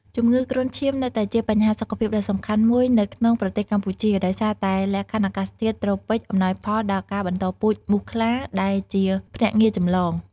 ជំងឺគ្រុនឈាមនៅតែជាបញ្ហាសុខភាពដ៏សំខាន់មួយនៅក្នុងប្រទេសកម្ពុជា ដោយសារតែលក្ខខណ្ឌអាកាសធាតុត្រូពិចអំណោយផលដល់ការបន្តពូជមូសខ្លា ដែលជាភ្នាក់ងារចម្លង។